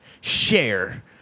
share